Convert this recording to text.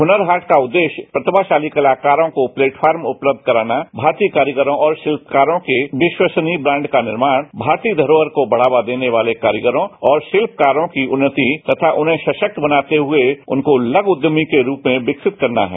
हनर हाट का उद्देस्य प्रतिभाशाली कलाकारों को प्लेटफॉर्म चपलब्ध कराना भारतीय कारीगरों और शिल्पकारों के विस्वसनीय ब्राप्ड का निर्मोण भारतीय धरोहर को बढ़ावा देने वाले कारीगरों व शिल्पकारों की उन्नति तथा उन्हें सशक्त बनाते हुए उनको लघु उद्यमी के रूप में विकसित करना है